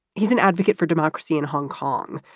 he's an advocate for democracy in hong kong,